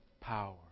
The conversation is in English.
power